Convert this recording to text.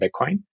Bitcoin